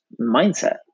mindset